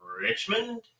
Richmond